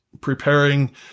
preparing